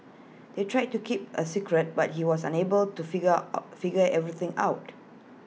they tried to keep A secret but he was unable to figure out figure everything out